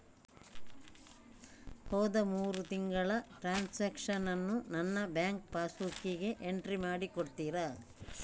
ಹೋದ ಮೂರು ತಿಂಗಳ ಟ್ರಾನ್ಸಾಕ್ಷನನ್ನು ನನ್ನ ಬ್ಯಾಂಕ್ ಪಾಸ್ ಬುಕ್ಕಿಗೆ ಎಂಟ್ರಿ ಮಾಡಿ ಕೊಡುತ್ತೀರಾ?